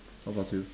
what about you